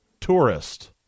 tourist